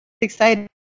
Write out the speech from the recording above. excited